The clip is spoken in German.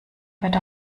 wird